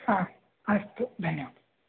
हा अस्तु धन्यवादः